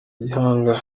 gihanga